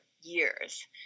years